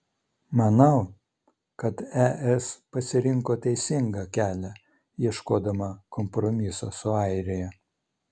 manau kad es pasirinko teisingą kelią ieškodama kompromiso su airija